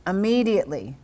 Immediately